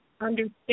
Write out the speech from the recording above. understand